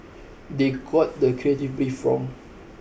they got the creative brief wrong